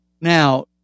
now